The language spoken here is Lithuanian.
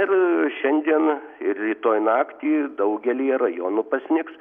ir šiandien ir rytoj naktį daugelyje rajonų pasnigs